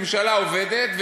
ממשלה עובדת,